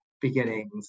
beginnings